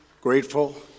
grateful